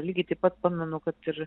lygiai taip pat pamenu kad ir